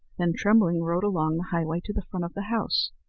then trembling rode along the highway to the front of the house.